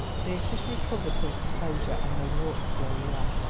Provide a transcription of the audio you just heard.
beatrice recovered her composure and they walked slowly on.